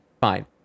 fine